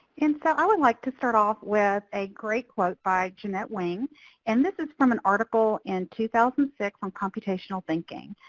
and so i would like to start off with a great quote by jeanette wang and this is from an article in two thousand and six on computational thinking.